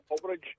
coverage